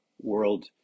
world